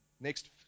next